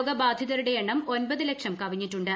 രോഗബാധിതരുടെ എണ്ണം ഒമ്പത് ലക്ഷം കവിഞ്ഞിട്ടുണ്ട്